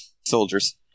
soldiers